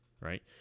right